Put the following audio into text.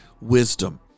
wisdom